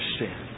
sin